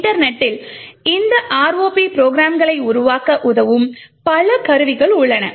இன்டர்நெட்டில் இந்த ROP ப்ரோக்ராம்களை உருவாக்க உதவும் பல கருவிகள் உள்ளன